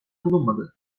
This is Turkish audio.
bulunmadı